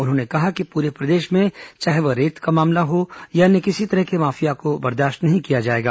उन्होंने कहा है कि पूरे प्रदेश में चाहे वह रेत का मामला हो या अन्य किसी भी तरह के माफिया को बर्दाश्त नहीं किया जाएगा